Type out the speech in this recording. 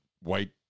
white